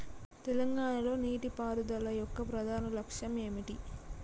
తెలంగాణ లో నీటిపారుదల యొక్క ప్రధాన లక్ష్యం ఏమిటి?